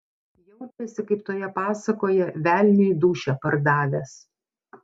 jaučiasi kaip toje pasakoje velniui dūšią pardavęs